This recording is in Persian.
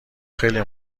خیلی